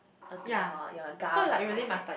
onto your your gum or something like that